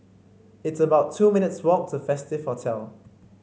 it's about two minutes' walk to Festive Hotel